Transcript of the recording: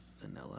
vanilla